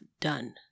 done